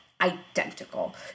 identical